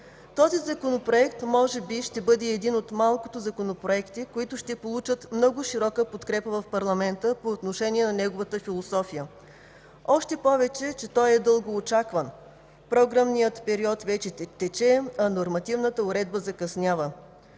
Този Законопроект може би ще бъде един от малкото законопроекти, които ще получат много широка подкрепа в парламента по отношение на неговата философия, още повече, че той е дългоочакван. Програмният период вече тече, а нормативната уредба закъснява.